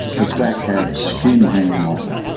her back had skin hanging off it,